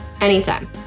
Anytime